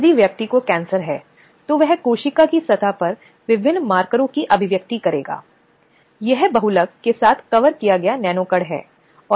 यदि यह नियोक्तामालिक से है यदि यह अन्य कर्मचारियों से है तो व्यक्ति को तुरंत उस पर आपत्ति होनी चाहिए